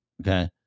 Okay